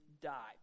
die